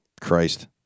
Christ